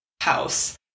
house